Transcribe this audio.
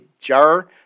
jar